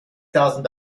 thousand